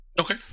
Okay